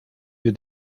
wir